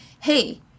hey